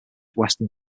western